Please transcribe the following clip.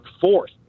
fourth